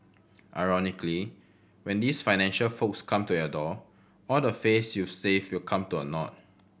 ironically when these financial folks come to your door all the face you've saved will come to a naught